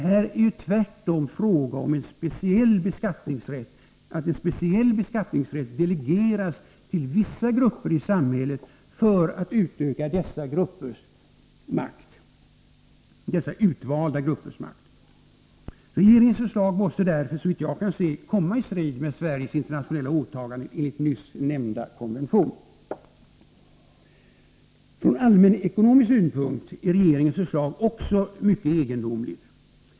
Här är det tvärtom fråga om att en speciell beskattningsrätt delegeras till vissa grupper i samhället för att utöka dessa utvalda gruppers makt. Regeringens förslag måste därför, så vitt jag kan se, komma i strid med Sveriges internationella åtaganden enligt nyss nämnda konvention. Från allmänekonomisk synpunkt är regeringens förslag också mycket egendomligt.